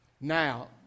Now